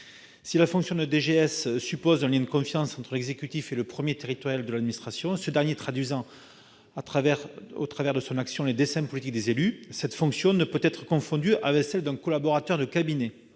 Si la fonction de DGS suppose un lien de confiance entre l'exécutif local et le premier « territorial » de l'administration, ce dernier traduisant au travers de son action les desseins politiques des élus, cette fonction ne peut être confondue avec celle d'un collaborateur de cabinet,